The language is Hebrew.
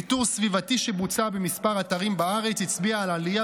ניטור סביבתי שבוצע בכמה אתרים בארץ הצביע על עלייה